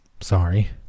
Sorry